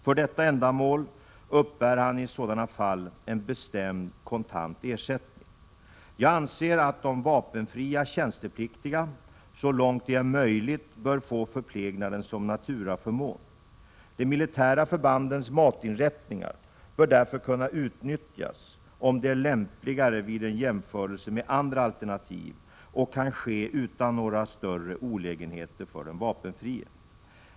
För detta ändamål uppbär han i sådana fall en bestämd kontant ersättning. Jag anser att de vapenfria tjänstepliktiga så långt det är möjligt bör få förplägnaden som naturaförmån. De militära förbandens matinrättningar bör därvid kunna utnyttjas om det är lämpligare vid en jämförelse med andra alternativ och kan ske utan några större olägenheter för den vapenfrie.